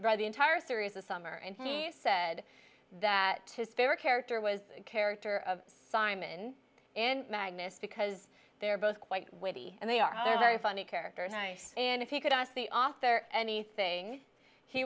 read the entire series the summer and he said that his favorite character was the character of simon and magnus because they're both quite witty and they are very funny characters nice and if you could ask the author anything he